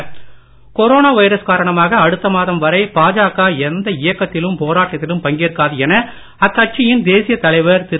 Nadda corona virus காரணமாக அடுத்த மாதம் வரை பாஜக எந்த இயக்கத்திலும் போராட்டத்திலும் பங்கேற்காது என அக்கட்சின் தேசிய தலைவர் திரு